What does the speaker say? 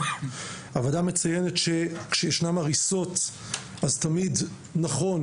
הוועדה מציינת שכשישנן הריסות אז תמיד נכון